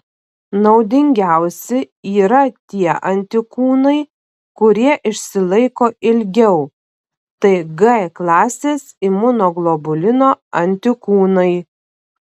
naudingiausi yra tie antikūnai kurie išsilaiko ilgiau tai g klasės imunoglobulino antikūnai